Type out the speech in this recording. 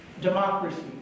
Democracy